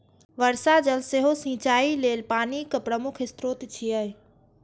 वर्षा जल सेहो सिंचाइ लेल पानिक प्रमुख स्रोत छियै